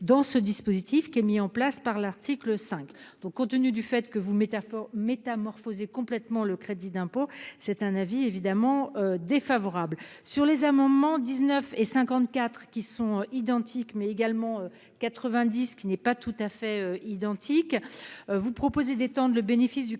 dans ce dispositif qui est mis en place par l'article 5. Donc compte tenu du fait que vous métaphore métamorphosé complètement le crédit d'impôt, c'est un avis évidemment défavorable sur les amendements, 19 et 54 qui sont identiques, mais également 90 qui n'est pas tout à fait identique vous proposer d'étendre le bénéfice du crédit d'impôt